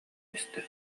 истэ